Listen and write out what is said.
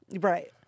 right